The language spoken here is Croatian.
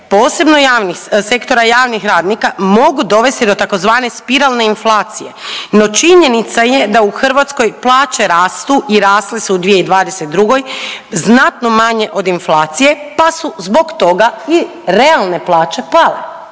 posebno Sektora javnih radnika mogu dovesti do tzv. spiralne inflacije. No, činjenica je da u Hrvatskoj plaće rastu i rasle su u 2022. znatno manje od inflacije, pa su zbog toga i realne plaće pale.